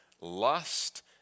lust